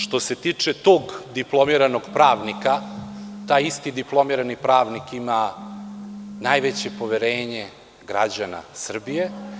Što se tiče tog diplomiranog pravnika, taj isti diplomirani pravnik ima najveće poverenje građana Srbije.